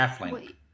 wait